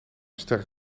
sterk